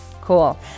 Cool